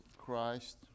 Christ